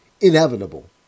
inevitable